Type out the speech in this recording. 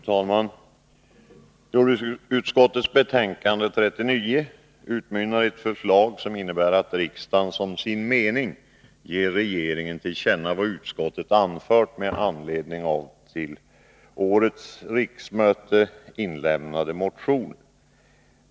Fru talman! Jordbruksutskottets betänkande 39 utmynnar i ett förslag som innebär att riksdagen som sin mening ger regeringen till känna vad utskottet anfört med anledning av till årets riksmöte inlämnade motioner.